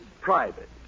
Private